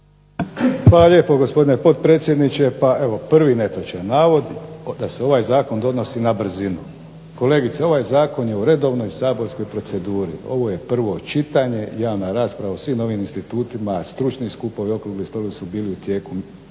Hvala lijepo gospodine potpredsjedniče. Pa evo prvi netočan navod da se ovaj zakon donosi na brzinu. Kolegice ovaj zakon je u redovnoj saborskoj proceduri. Ovo je prvo čitanje, javna rasprava o svim ovim institutima, stručni skupovi, okrugli stolovi su bili u tijeku